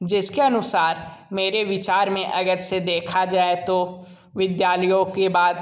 जिसके अनुसार मेरे विचार में अगर से देखा जाए तो विद्यालयों के बाद